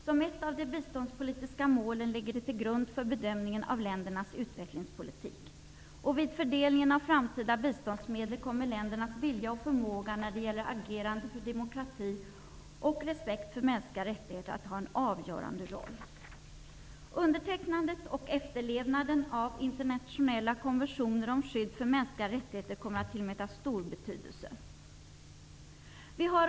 Som ett av de biståndspolitiska målen ligger det till grund för bedömningen av ländernas utvecklingspolitik. Vid fördelningen av framtida biståndsmedel kommer ländernas vilja och förmåga när det gäller agerande för demokrati och respekt för mänskliga rättigheter att ha en avgörande roll. Undertecknandet och efterlevnanden av internationella konventioner om skydd för mänskliga rättigheter kommer att tillmätas stor betydelse.